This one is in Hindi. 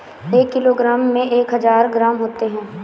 एक किलोग्राम में एक हजार ग्राम होते हैं